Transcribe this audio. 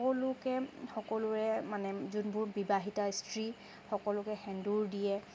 সকলোকে সকলোৱে মানে যোনবোৰ বিবাহিতা স্ত্ৰী সকলোকে সেন্দুৰ দিয়ে